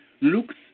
looks